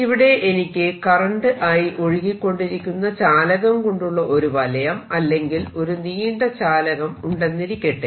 ഇവിടെ എനിക്ക് current I ഒഴുകിക്കൊണ്ടിരിക്കുന്ന ചാലകം കൊണ്ടുള്ള ഒരു വലയം അല്ലെങ്കിൽ ഒരു നീണ്ട ചാലകം ഉണ്ടെന്നിരിക്കട്ടെ